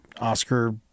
Oscar